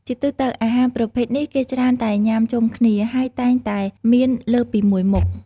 ជាទូទៅ អាហារប្រភេទនេះ គេច្រើនតែញុាំជុំគ្នា ហើយតែងតែមានលើសពីមួយមុខ។